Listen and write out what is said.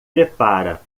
prepara